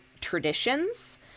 traditions